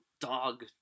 dog